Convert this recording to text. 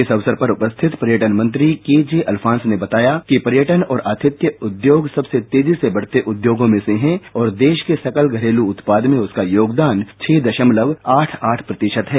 इस अवसर पर उपस्थित पर्यटन मंत्री केजे अल्फांस ने बताया कि पर्यटन और आतिथ्य उद्योग सबसे तेजी से बढ़ते उद्योगों में से हैं और देश के सकल घरेलू उत्पाद में उसका योगदान छह दशमलव आठ आठ प्रतिशत है